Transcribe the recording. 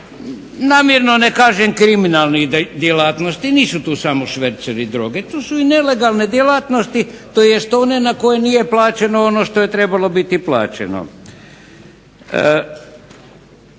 Namjerno ne kažem kriminalnih djelatnosti. Nisu tu samo šverceri droge. Tu su i nelegalne djelatnosti, tj. one na koje nije plaćeno ono što je trebalo biti plaćeno.